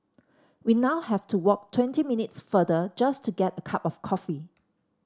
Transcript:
we now have to walk twenty minutes further just to get a cup of coffee